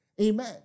Amen